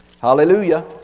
Hallelujah